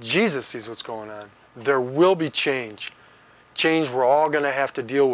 jesus says what's going on there will be change change we're all going to have to deal